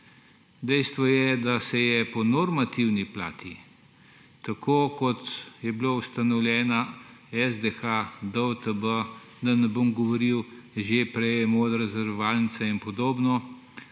Dejstvo je, da se je po normativni plati tako, kot je bil ustanovljen SDH, DUTB, da ne bom govoril, že prej Modra zavarovalnica in podobno,